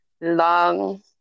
long